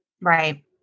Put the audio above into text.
Right